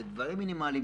ויש דברים מינימליים,